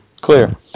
Clear